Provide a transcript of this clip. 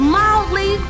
mildly